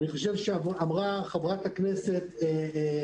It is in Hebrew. כמו שאמרה חברת הכנסת קרן ברק,